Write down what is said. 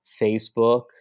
Facebook